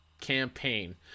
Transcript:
Campaign